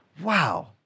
wow